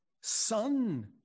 Son